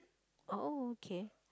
oh okay